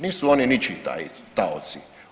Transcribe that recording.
Nisu oni ničiji taoci.